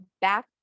back